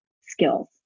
skills